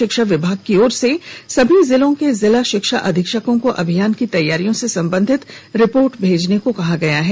शिक्षा विभाग की ओर से सभी जिलों के जिला शिक्षा अधीक्षकों को अभियान की तैयारियों से संबंधित रिपोर्ट भेजने को कहा गया है